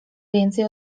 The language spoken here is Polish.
więcej